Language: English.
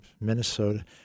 Minnesota